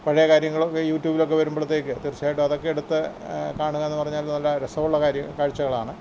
പഴയ കാര്യങ്ങളൊക്കെ യു ട്യൂബിലൊക്കെ വരുമ്പോഴത്തേക്ക് തീർച്ചയായിട്ടും അതൊക്കെ എടുത്ത് കാണുകയെന്നു പറഞ്ഞാൽ നല്ല രസമുള്ള കാര്യ കാഴ്ചകളാണ്